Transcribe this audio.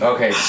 Okay